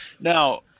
now –